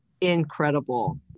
incredible